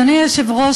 אדוני היושב-ראש,